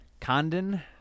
Condon